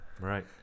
right